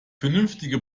vernünftige